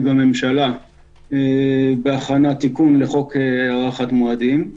בממשלה בהכנת תיקון לחוק הארכת מועדים.